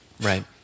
Right